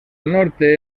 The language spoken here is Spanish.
norte